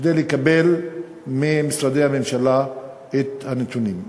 לקבל ממשרדי הממשלה את הנתונים.